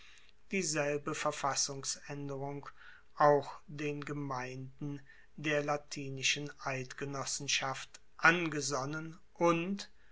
dieselbe verfassungsaenderung auch den gemeinden der latinischen eidgenossenschaft angesonnen und